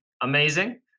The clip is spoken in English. amazing